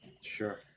Sure